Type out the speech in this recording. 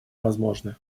возможны